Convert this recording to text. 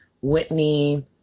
Whitney